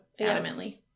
adamantly